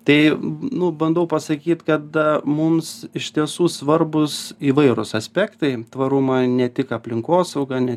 tai nu bandau pasakyt kad mums iš tiesų svarbūs įvairūs aspektai tvarumą ne tik aplinkosauga ne